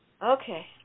Okay